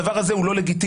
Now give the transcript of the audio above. הדבר הזה הוא לא לגיטימי,